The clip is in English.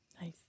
Nice